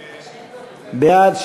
בעד,